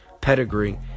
pedigree